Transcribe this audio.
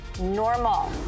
normal